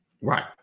right